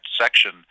section